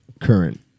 current